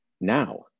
now